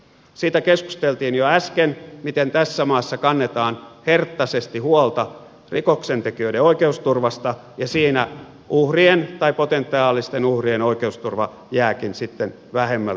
siitä keskusteltiin jo äsken miten tässä maassa kannetaan herttaisesti huolta rikoksentekijöiden oikeusturvasta ja siinä potentiaalisten uhrien oikeusturva jääkin sitten vähemmälle huomiolle